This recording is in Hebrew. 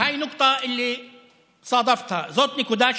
וזאת נקודה שנתקלתי בה,) זאת נקודה שפגשתי,